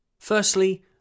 Firstly